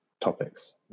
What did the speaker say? topics